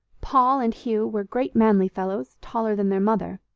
paul and hugh were great manly fellows, taller than their mother.